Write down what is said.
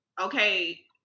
okay